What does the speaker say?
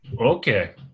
Okay